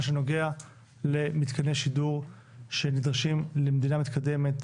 שנוגע למתקני שידור שנדרשים למדינה מתקדמת